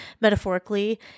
metaphorically